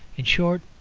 in short,